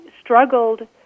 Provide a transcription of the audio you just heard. struggled